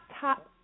top